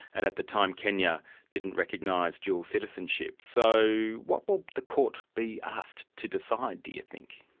and at the time kenya didn't recognise dual citizenship. so what will the court be asked to decide, do you think?